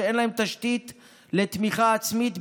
שאין להן תשתית לתמיכה עצמית,